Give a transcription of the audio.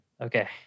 Okay